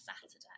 Saturday